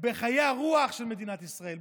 מחיי הרוח של מדינת ישראל,